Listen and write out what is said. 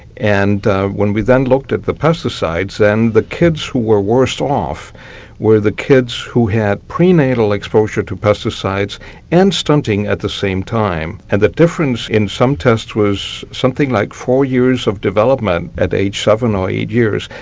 and when we then looked at the pesticides and the kids who were worst off were the kids who had pre-natal exposure to pesticides and stunting at the same time. and the difference in some tests was something like four years of development at age seven or eight years.